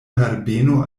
herbeno